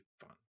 fun